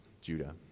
Judah